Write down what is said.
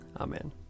Amen